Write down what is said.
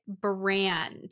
brand